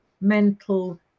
mental